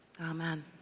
Amen